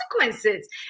consequences